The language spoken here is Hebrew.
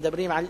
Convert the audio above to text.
שמדברים על,